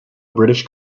british